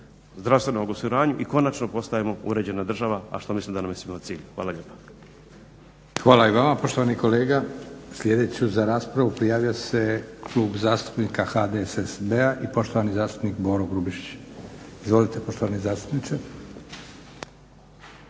zdravstvenom osiguranju. I konačno postajemo uređena država, a što mislim da nam je svima cilj. Hvala lijepa. **Leko, Josip (SDP)** Hvala i vama, poštovani kolega. Sljedeću za raspravu prijavio se Klub zastupnika HDSSB-a i poštovani zastupnik Boro Grubišić. Izvolite poštovani zastupniče.